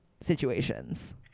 situations